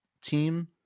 team